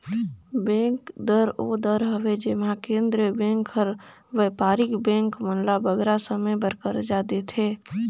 bank दर ओ दर हवे जेम्हां केंद्रीय बेंक हर बयपारिक बेंक मन ल बगरा समे बर करजा देथे